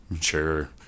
Sure